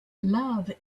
love